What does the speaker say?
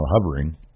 hovering